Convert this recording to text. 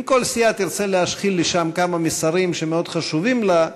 אם כל סיעה תרצה להשחיל לשם כמה מסרים שמאוד חשובים לה,